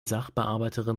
sachbearbeiterin